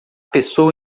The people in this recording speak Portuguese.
pessoa